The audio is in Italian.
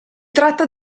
tratta